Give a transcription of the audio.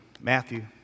Matthew